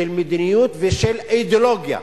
של מדיניות ושל אידיאולוגיה,